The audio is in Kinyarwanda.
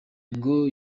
ngo